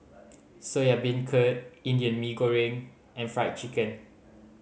Soya Beancurd Indian Mee Goreng and Fried Chicken